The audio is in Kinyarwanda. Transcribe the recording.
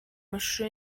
mashusho